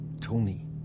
Tony